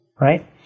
right